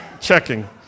checking